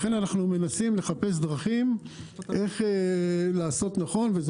לכן אנחנו מנסים לחפש דרכים לעשות נכון.